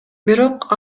бирок